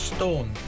Stone